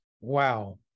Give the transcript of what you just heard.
Wow